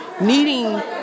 needing